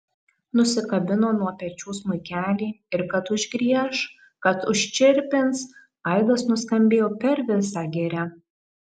nusikabino nuo pečių smuikelį ir kad užgrieš kad užčirpins aidas nuskambėjo per visą girią